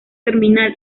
terminal